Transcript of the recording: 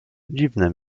dziwne